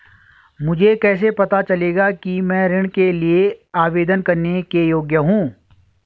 मुझे कैसे पता चलेगा कि मैं ऋण के लिए आवेदन करने के योग्य हूँ?